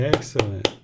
Excellent